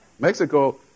Mexico